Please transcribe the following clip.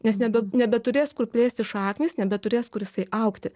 nes nebe nebeturės kur plėstis šaknys nebeturės kur jisai augti